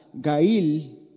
Gail